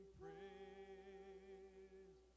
praise